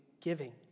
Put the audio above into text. giving